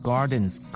Gardens